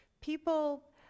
people